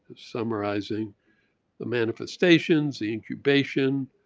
summarizing the manifestations, the incubation.